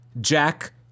Jack